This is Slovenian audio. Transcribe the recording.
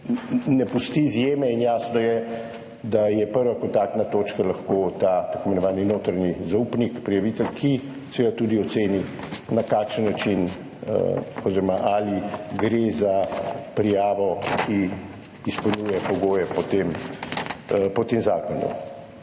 ne pusti izjeme in jasno je, da je prva kontaktna točka lahko tako imenovani notranji zaupnik, prijavitelj, ki seveda tudi oceni, na kakšen način oziroma ali gre za prijavo, ki izpolnjuje pogoje po tem zakonu.